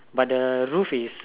but the roof is